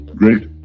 great